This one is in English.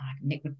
Nick